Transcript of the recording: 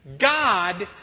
God